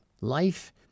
Life